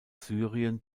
syrien